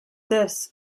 this